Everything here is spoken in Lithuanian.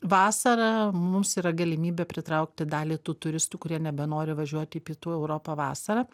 vasarą mums yra galimybė pritraukti dalį tų turistų kurie nebenori važiuoti į pietų europą vasarą